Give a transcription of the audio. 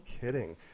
kidding